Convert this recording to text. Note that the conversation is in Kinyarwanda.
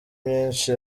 myinshi